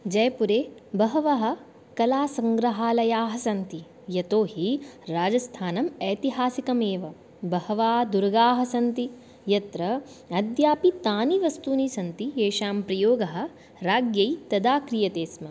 जैयपुरे बहवः कलासङ्ग्रहालयाः सन्ति यतो हि राजस्थानम् ऐतिहासिकमेव बहवः दुर्गाः सन्ति यत्र अद्यापि तानि वस्तूनि सन्ति येषां प्रयोगः राज्ञा तदा क्रियते स्म